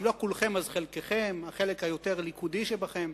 אם לא כולכם, חלקכם, החלק היותר "ליכודי" שבכם.